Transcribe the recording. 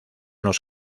los